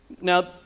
Now